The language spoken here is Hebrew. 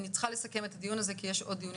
אני צריכה לסכם את הדיון הזה כי יש עוד דיונים